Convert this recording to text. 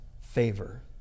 favor